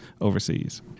overseas